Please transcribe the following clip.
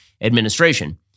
administration